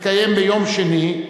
תתקיים ביום שני,